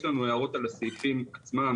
יש לנו הערות על הסעיפים עצמם,